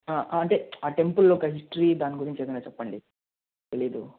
అంటే ఆ టెంపుల్ యొక్క హిస్టరీ దాని గురించి ఏదైనా చెప్పండి తెలియదు